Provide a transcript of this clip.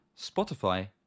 Spotify